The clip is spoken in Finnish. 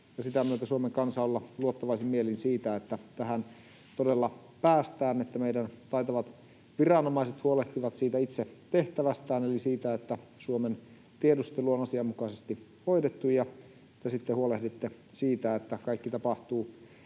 sen myötä Suomen kansa olla luottavaisin mielin siitä, että tähän todella päästään, että meidän taitavat viranomaiset huolehtivat siitä itse tehtävästään eli siitä, että Suomen tiedustelu on asianmukaisesti hoidettu, ja te sitten huolehditte siitä, että kaikki tapahtuu